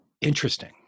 Interesting